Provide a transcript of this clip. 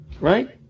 Right